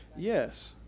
Yes